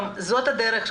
זאת הדרך,